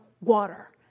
water